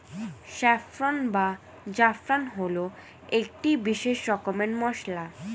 saffron বা জাফরান হল একটি বিশেষ রকমের মশলা